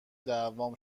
دعوام